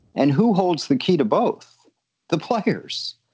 and who holds the key to both the players?